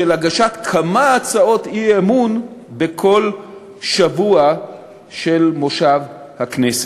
של הגשת כמה הצעות אי-אמון בכל שבוע של מושב הכנסת.